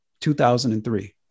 2003